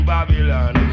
Babylon